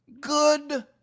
Good